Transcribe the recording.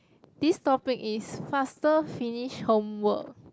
this topic is faster finish homework